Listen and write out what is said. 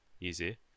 Easy